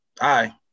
aye